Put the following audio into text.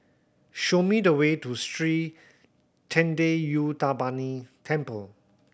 show me the way to Sri Thendayuthapani Temple